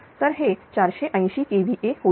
तर हे 480 kVA होईल